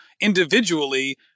individually